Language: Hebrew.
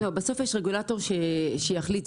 בסוף יש רגולטור שיחליט,